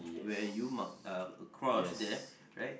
where you marked a cross there